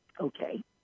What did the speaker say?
Okay